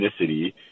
ethnicity